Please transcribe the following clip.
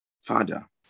father